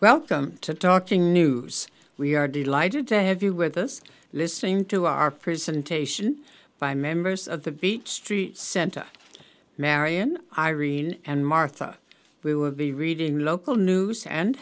welcome to talking news we are delighted to have you with us listening to our presentation by members of the beat street center marian irene and martha we will be reading local news and